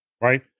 right